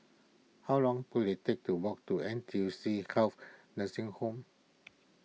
how long will it take to walk to N T U C Health Nursing Home